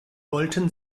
wollten